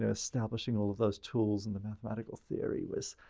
establishing all of those tools and the mathematical theory was,